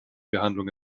behandlung